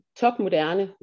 topmoderne